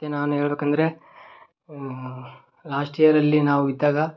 ಮತ್ತೆ ನಾನು ಹೇಳಬೇಕಂದ್ರೆ ಲಾಸ್ಟ್ ಯಿಯರಲ್ಲಿ ನಾವು ಇದ್ದಾಗ